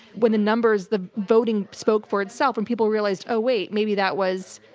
when the numbers, the voting spoke for itself, and people realized, oh wait. maybe that was